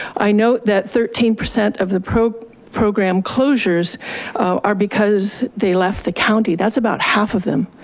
i know that thirteen percent of the program program closures are because they left the county that's about half of them.